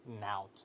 now